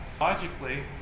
Logically